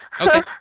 Okay